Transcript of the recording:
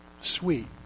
sweet